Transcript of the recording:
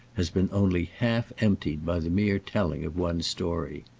has been only half-emptied by the mere telling of one's story.